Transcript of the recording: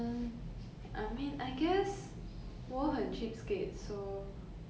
whatever I if I want to buy anything and you want to give me another free